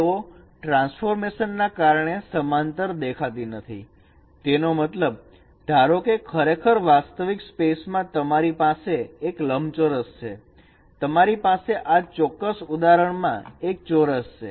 તેઓ ટ્રાન્સફોર્મેશન ના કારણે સમાંતર દેખાતી નથી તેનો મતલબ ધારો કે ખરેખર વાસ્તવિક સ્પેસમાં તમારી પાસે એક લંબચોરસ છે તમારી પાસે આ ચોક્કસ ઉદાહરણ માં એક ચોરસ છે